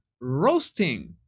roasting